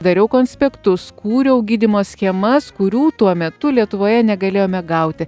dariau konspektus kūriau gydymo schemas kurių tuo metu lietuvoje negalėjome gauti